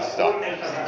kolme